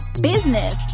business